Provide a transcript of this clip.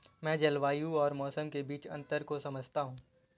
मैं जलवायु और मौसम के बीच अंतर को समझता हूं